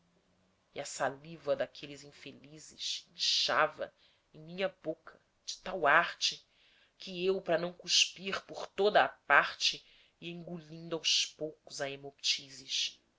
e a saliva daqueles infelizes inchava em minha boca de tal arte que eu para não cuspir por toda a parte ia engolindo aos poucos